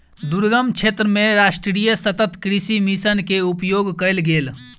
दुर्गम क्षेत्र मे राष्ट्रीय सतत कृषि मिशन के उपयोग कयल गेल